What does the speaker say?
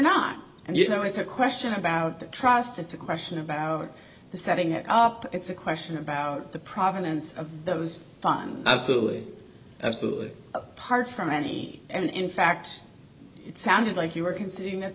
not and you know it's a question about the trust it's a question about the setting it up it's a question about the provenance of those fun absolutely absolutely apart from any and in fact it sounded like you were considering that